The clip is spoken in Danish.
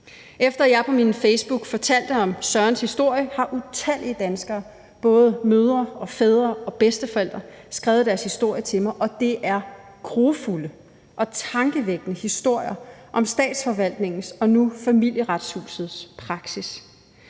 Efter at jeg på Facebook fortalt om Sørens historie, har utallige danskere, både mødre og fædre og bedsteforældre, skrevet deres historie til mig, og det er grufulde og tankevækkende historier om Statsforvaltningens, nu Familieretshusets praksis.